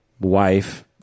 wife